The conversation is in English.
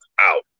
out